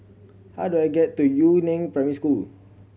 how do I get to Yu Neng Primary School